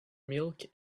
milk